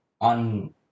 on